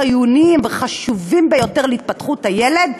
חיוניים וחשובים ביותר להתפתחות הילד,